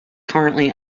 currently